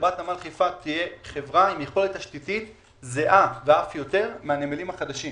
חברת נמל חיפה תהיה חברה עם יכולת תשתיתית זהה ואף יותר מהנמלים החדשים.